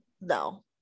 no